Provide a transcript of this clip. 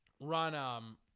run